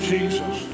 Jesus